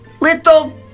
little